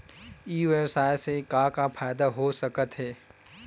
ई व्यवसाय से का का फ़ायदा हो सकत हे?